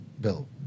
bill